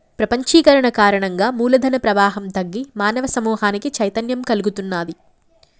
ప్రపంచీకరణ కారణంగా మూల ధన ప్రవాహం తగ్గి మానవ సమూహానికి చైతన్యం కల్గుతున్నాది